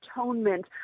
atonement